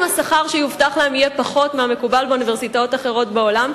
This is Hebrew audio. השכר שיובטח להם יהיה פחות מהמקובל באוניברסיטאות אחרות בעולם,